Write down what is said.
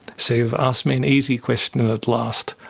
so you've asked me an easy question at last.